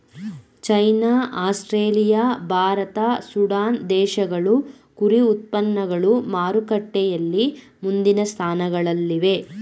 China Australia Bharat Sudan ದೇಶಗಳು ಕುರಿ ಉತ್ಪನ್ನಗಳು ಮಾರುಕಟ್ಟೆಯಲ್ಲಿ ಮುಂದಿನ ಸ್ಥಾನಗಳಲ್ಲಿವೆ